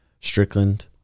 Strickland